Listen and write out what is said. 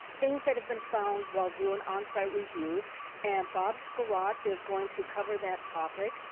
things that have been found while doing on-site reviews and bob skwirot is going to cover that topic.